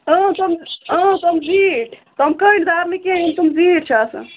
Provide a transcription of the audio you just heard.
تِم زیٖٹھۍ تِم کٔنٛڈۍ دار نہٕ کیٚنٛہہ یِم تِم زیٖٹھۍ چھِ آسان